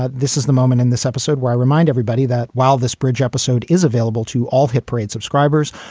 ah this is the moment in this episode where i remind everybody that while this bridge episode is available to all hit parade subscribers,